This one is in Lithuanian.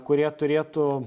kurie turėtų